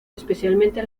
especialmente